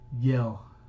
yell